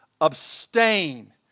abstain